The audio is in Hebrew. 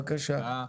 בבקשה.